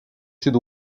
sud